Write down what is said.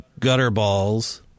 Gutterballs